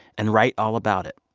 and write all about it.